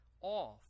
off